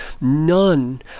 none